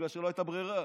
בגלל שלא הייתה ברירה.